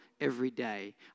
everyday